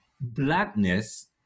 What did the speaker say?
Blackness